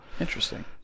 interesting